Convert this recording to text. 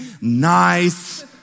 nice